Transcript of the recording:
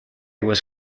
was